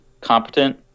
competent